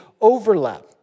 overlap